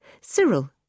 Cyril